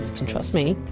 can trust me.